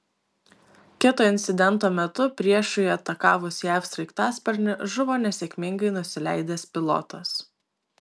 kito incidento metu priešui atakavus jav sraigtasparnį žuvo nesėkmingai nusileidęs pilotas